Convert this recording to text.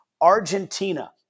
Argentina